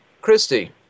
Christy